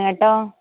കെട്ടോ